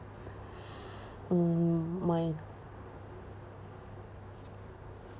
mm my